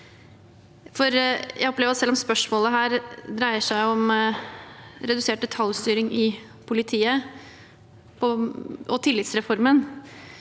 Jeg opplever at selv om spørsmålet her dreier seg om redusert detaljstyring i politiet og tillitsreformen,